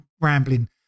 rambling